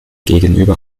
gegenüber